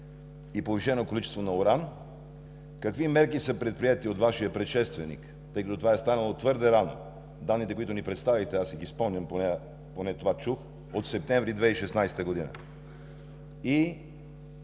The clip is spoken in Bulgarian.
и повишено количество на уран? Какви мерки са предприети от Вашия предшественик, тъй като това е станало твърде рано – данните, които ни ги представихте, аз си ги спомням, поне това чух, от септември 2016 г. И